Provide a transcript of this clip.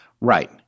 Right